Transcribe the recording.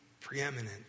preeminent